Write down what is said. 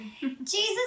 Jesus